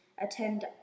attend